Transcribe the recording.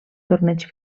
torneig